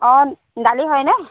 অ দালি হয়নে